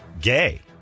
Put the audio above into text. gay